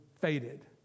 faded